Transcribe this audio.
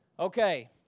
Okay